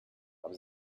habe